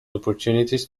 opportunities